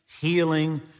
healing